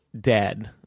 dead